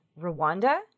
Rwanda